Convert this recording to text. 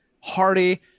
Hardy